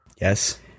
Yes